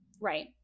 Right